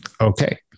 Okay